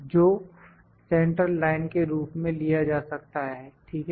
जो central line के रूप में लिया जा सकता है ठीक है